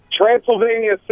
Transylvania